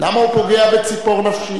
למה הוא פוגע בציפור נפשי?